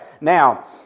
now